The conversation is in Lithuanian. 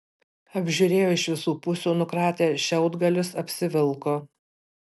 apžiūrėjo iš visų pusių nukratė šiaudgalius apsivilko